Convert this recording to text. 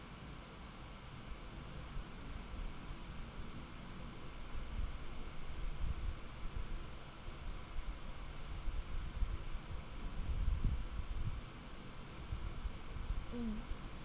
mm